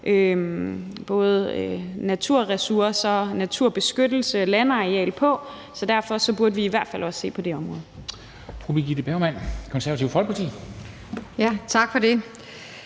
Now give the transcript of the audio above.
både naturressourcer, naturbeskyttelse og landarealer på, så derfor burde vi i hvert fald også se på det område.